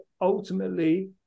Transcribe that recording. ultimately